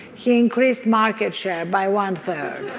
he increased market share by one third.